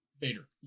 Vader